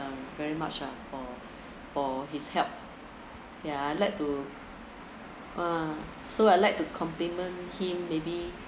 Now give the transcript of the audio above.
um very much lah for for his help yeah I'd like to ya so I like to compliment him maybe